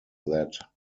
that